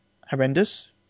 horrendous